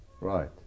Right